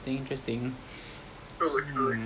I I don't quite understand